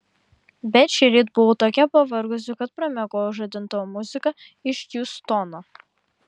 bet šįryt buvau tokia pavargusi kad pramiegojau žadintuvo muziką iš hjustono